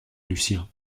lucien